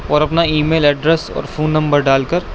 اور اپنا email address اور فون نمبر ڈال کر